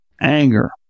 anger